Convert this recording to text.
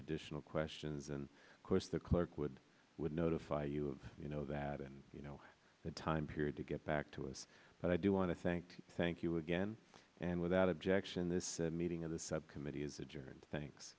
additional questions and course the clerk would notify you you know that and you know the time period to get back to us but i do want to thank you thank you again and without objection this meeting of the subcommittee is adjourned thanks